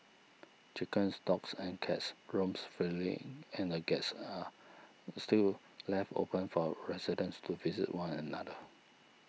chickens dogs and cats roams freely and the gates are still left open for residents to visit one another